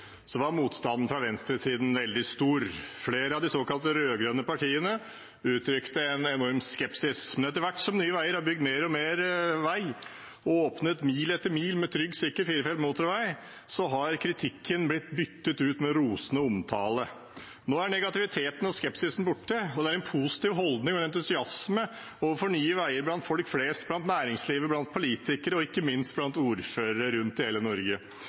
var motstanden fra venstresiden veldig stor. Flere av de såkalte rød-grønne partiene uttrykte en enorm skepsis. Men etter hvert som Nye Veier har bygd mer og mer vei og åpnet mil etter mil med trygg, sikker firefelts motorvei, har kritikken blitt byttet ut med rosende omtale. Nå er negativiteten og skepsisen borte, og det er en positiv holdning og entusiasme overfor Nye Veier blant folk flest – i næringslivet, blant politikere og ikke minst blant ordførere rundt omkring i hele Norge.